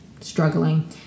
struggling